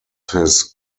his